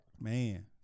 Man